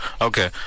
Okay